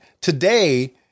today